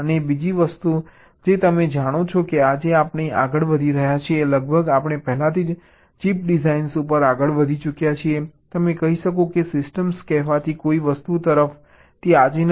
અને બીજી વસ્તુ જે તમે જાણો છો કે આજે આપણે આગળ વધી રહ્યા છીએ લગભગ આપણે પહેલાથી જ ચીપ ડિઝાઇન ઉપર આગળ વધી ચૂક્યા છીએ તમે કહી શકો કે સિસ્ટમ કહેવાતી કોઈ વસ્તુ તરફ તે આજે નથી